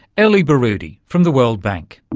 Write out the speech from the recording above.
elly baroudy from the world bank.